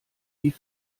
die